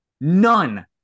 None